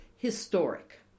historic